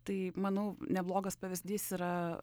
tai manau neblogas pavyzdys yra